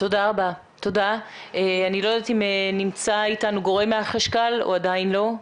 אני לא יודעת אם נמצא איתנו גורם מהחשכ"ל או עדיין לא.